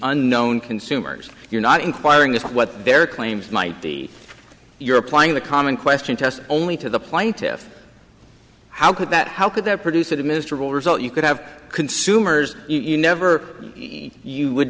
unknown consumers you're not inquiring as to what their claims might be you're applying the common question test only to the plaintiffs how could that how could that produce admissible result you could have consumers you never you wou